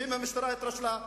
ואם המשטרה התרשלה,